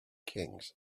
kings